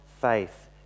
faith